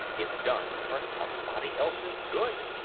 if done for somebody else's good.